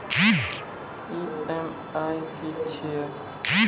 EMI की छिये?